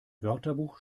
wörterbuch